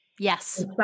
Yes